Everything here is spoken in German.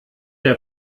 der